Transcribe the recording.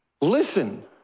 listen